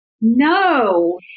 No